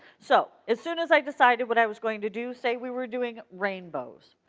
so, as soon as i decided what i was going to do, say we were doing rainbows,